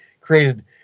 created